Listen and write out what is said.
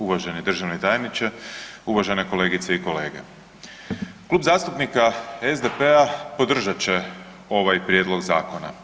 Uvaženi državni tajniče, uvažene kolegice i kolege, Klub zastupnika SDP-a podržat će ovaj prijedlog zakona.